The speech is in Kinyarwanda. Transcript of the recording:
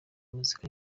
muzika